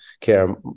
care